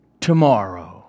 tomorrow